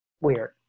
weird